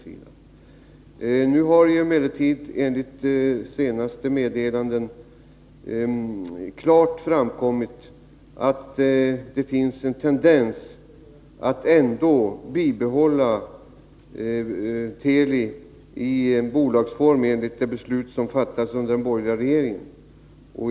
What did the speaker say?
Enligt senaste meddelanden har det emellertid klart framkommit att det finns en tendens att ändå vilja ha Teli i bolagsform, enligt det beslut som fattades av den borgerliga regeringen.